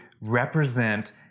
represent